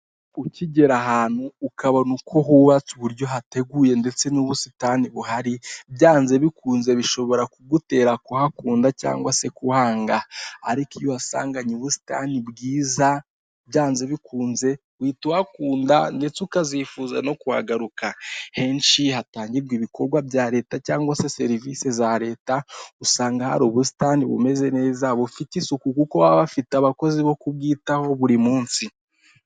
Ukigera ahantu ukabona uko hubatse, uburyo hateguye ndetse n'ubusitani buhari byanze bikunze bishobora kugutera kuhakunda cyangwa se kuhanga, ariko iyo uhasanganye ubusitani bwiza byanze bikunze uhita uhakunda ndetse ukazifuza no kuhagaruka. Henshi hatangirwa ibikorwa bya Leta cyangwa serivisi za Leta usanga hari ubusitani bumeze neza, bufite isuku kuko baba bafite abakozi bo kubwitaho buri munsi.